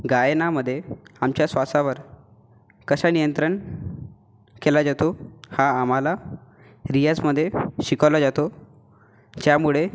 गायनामध्ये आमच्या श्वासावर कसं नियंत्रण केला जातो हा आम्हाला रियाजमध्ये शिकवला जातो ज्यामुळे